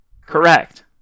Correct